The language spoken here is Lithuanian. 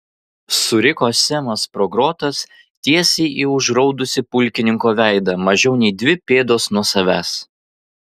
suriko semas pro grotas tiesiai į užraudusį pulkininko veidą mažiau nei dvi pėdos nuo savęs